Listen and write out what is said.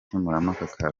k’umutekano